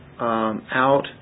out